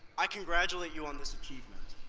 i congratulate you on this achievement.